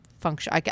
function